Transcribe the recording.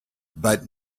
but